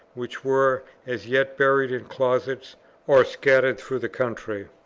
which were as yet buried in closets or scattered through the country.